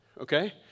okay